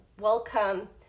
welcome